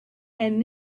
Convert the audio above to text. and